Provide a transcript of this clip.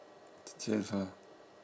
chef ah